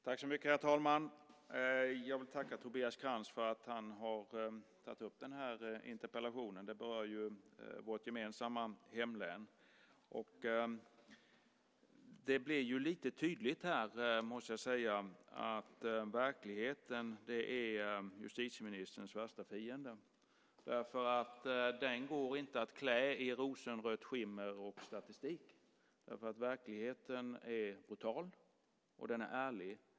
Herr talman! Jag vill tacka Tobias Krantz för att han har ställt interpellationen, som berör vårt gemensamma hemlän. Det blir lite tydligt här, måste jag säga, att verkligheten är justitieministerns värsta fiende. Verkligheten går inte att klä i rosenrött skimmer och statistik därför att den är brutal och ärlig.